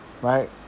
Right